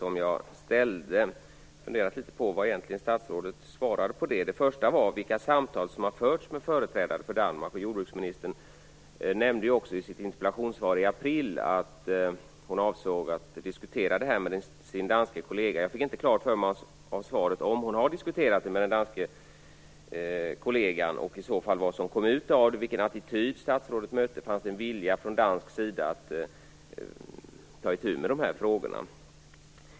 Jag har funderat litet på vad statsrådet egentligen svarade på dem. Min första fråga var vilka samtal som har förts med företrädare för Danmark, och jordbruksministern nämnde också i sitt interpellationssvar i april att hon avsåg att diskutera detta med sin danske kollega. Jag fick inte klart för mig av svaret om hon har diskuterat detta med den danske kollegan och vad som i så fall kom ut av detta, vilken attityd statsrådet mötte och om det fanns en vilja från dansk sida att ta itu med de här frågorna.